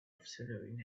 afternoon